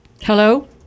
Hello